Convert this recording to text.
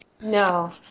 No